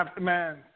Man